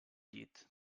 llit